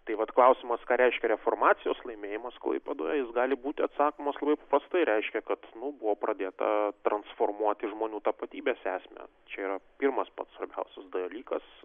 tai vat klausimas ką reiškia reformacijos laimėjimas klaipėdoje jis gali būti atsakomas labai paprastai reiškia kad buvo pradėta transformuoti žmonių tapatybės esmę čia pirmas pats svarbiausias dalykas